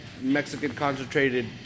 Mexican-concentrated